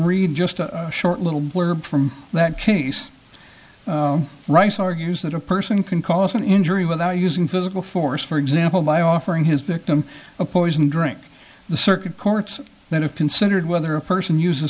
read just a short little blurb from that case rice argues that a person can cause an injury without using physical force for example by offering his victim a poison drink the circuit courts that have considered whether a person uses